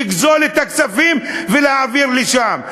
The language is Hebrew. לגזול את הכספים ולהעביר לשם,